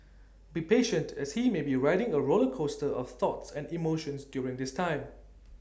be patient as he may be riding A roller coaster of thoughts and emotions during this time